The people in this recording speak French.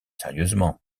sérieusement